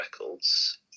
records